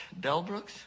Delbrooks